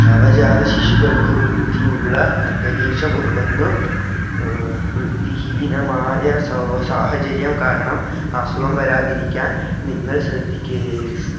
നവജാത ശിശുക്കൾക്കു വൃത്തിയുള്ള അന്തരീക്ഷം ഉണ്ടെന്ന് വൃത്തിഹീനമായ സാഹചര്യം കാരണം അസുഖം വരാതിരിക്കാൻ നിങ്ങൾ